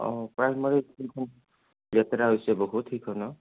অঁ প্ৰাইমাৰী স্কুলখন লেতেৰা হৈছে বহুত সেইখনো